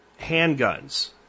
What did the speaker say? handguns